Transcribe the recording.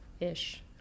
ish